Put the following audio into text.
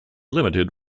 limited